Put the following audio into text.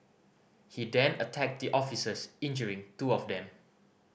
he then attacked the officers injuring two of them